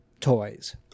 toys